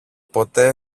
ποτέ